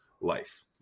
life